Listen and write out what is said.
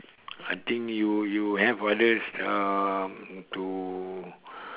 I think you you have others to